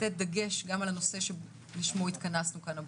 לתת דגש גם על הנושא שלשמו התכנסנו כאן הבוקר,